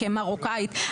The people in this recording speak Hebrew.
כמרוקאית,